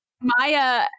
Maya